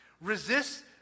Resist